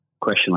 question